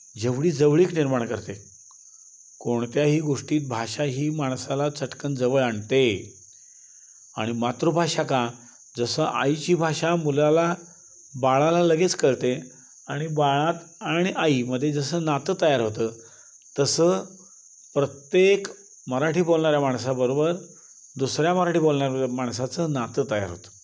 जेवढी जवळीक निर्माण करते कोणत्याही गोष्टीत भाषा ही माणसाला चटकन जवळ आणते आणि मातृभाषा का जसं आईची भाषा मुलाला बाळाला लगेच कळते आणि बाळात आणि आईमध्ये जसं नातं तयार होतं तसं प्रत्येक मराठी बोलणाऱ्या माणसाबरोबर दुसऱ्या मराठी बोलणाऱ्या माणसाचं नातं तयार होतं